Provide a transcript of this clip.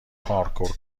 پارکور